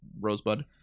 Rosebud